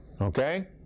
Okay